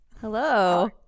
Hello